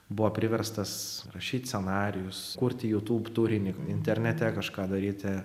buvo priverstas rašyt scenarijus kurti jutūb turinį internete kažką daryti